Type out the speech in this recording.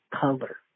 color